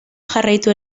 jarraitu